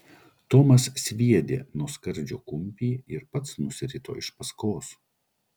tomas sviedė nuo skardžio kumpį ir pats nusirito iš paskos